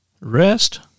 Rest